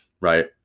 right